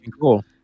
Cool